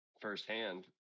firsthand